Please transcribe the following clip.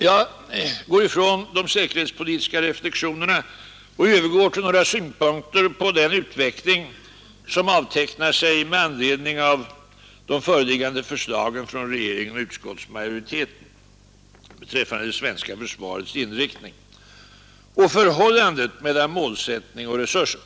Jag lämnar de säkerhetspolitiska reflexionerna och övergår till några synpunkter på den utveckling som avtecknar sig med anledning av de föreliggande förslagen från regeringen och utskottsmajoriteten beträffande det svenska försvarets inriktning och förhållandet mellan målsättning och resurser.